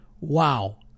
Wow